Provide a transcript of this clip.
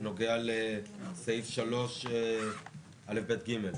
בנוגע לסעיף 3 (א), (ב) ו-(ג).